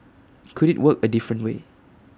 could IT work A different way